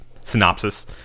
synopsis